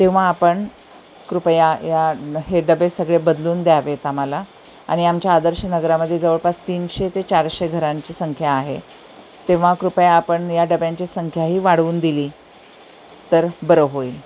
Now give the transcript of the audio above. तेव्हा आपण कृपया या हे डबे सगळे बदलून द्यावेत आम्हाला आणि आमच्या आदर्श नगरामध्ये जवळपास तीनशे ते चारशे घरांची संख्या आहे तेव्हा कृपया आपण या डब्यांची संख्याही वाढवून दिली तर बरं होईल